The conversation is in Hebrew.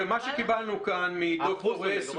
ומה שקיבלנו פה מד"ר הס,